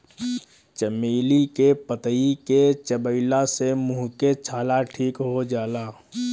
चमेली के पतइ के चबइला से मुंह के छाला ठीक हो जाला